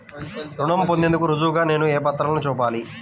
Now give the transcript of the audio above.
రుణం పొందేందుకు రుజువుగా నేను ఏ పత్రాలను చూపాలి?